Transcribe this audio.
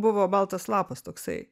buvo baltas lapas toksai